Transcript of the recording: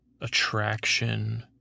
attraction